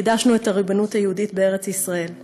חידשנו את הריבונות היהודית בארץ-ישראל.